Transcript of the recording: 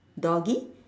doggie